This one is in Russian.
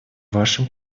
вашим